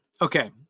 okay